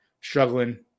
struggling